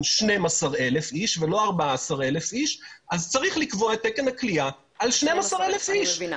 12,000 איש ולא 14,000 איש אז צריך לקבוע את תקן הכליאה על 12,000 איש.